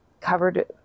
covered